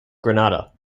grenada